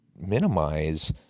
minimize